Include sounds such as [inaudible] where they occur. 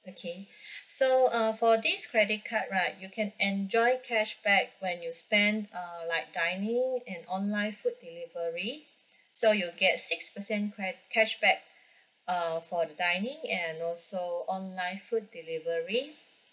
okay [breath] so uh for this credit card right you can enjoy cashback when you spend uh like dining and online food delivery so you'll get six percent cre~ cashback uh for the dining and also online food delivery